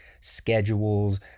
schedules